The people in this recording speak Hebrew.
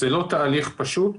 זה לא תהליך פשוט.